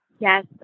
Yes